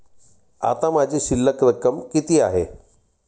आता माझी शिल्लक रक्कम किती आहे?